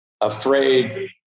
afraid